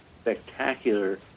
spectacular